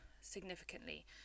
significantly